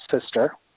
sister